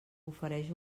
ofereix